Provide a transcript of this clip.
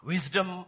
Wisdom